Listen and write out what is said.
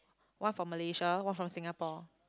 one from malaysia one from Singapore